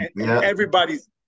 everybody's